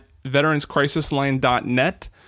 veteranscrisisline.net